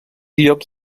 lloc